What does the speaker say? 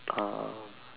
uh